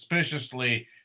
suspiciously